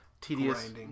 tedious